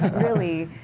really.